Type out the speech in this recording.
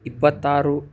ಇಪ್ಪತ್ತಾರು